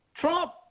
Trump